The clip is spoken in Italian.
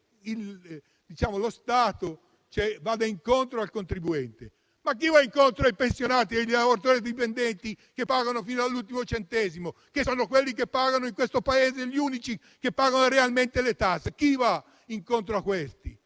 che lo Stato vada incontro al contribuente. Ma chi va incontro ai pensionati e ai lavoratori dipendenti che pagano fino all'ultimo centesimo? Sono gli uni che in questo Paese pagano realmente le tasse! Chi gli va incontro? Questo